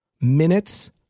Minutes